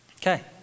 Okay